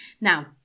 now